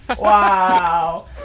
Wow